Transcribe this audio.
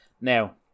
Now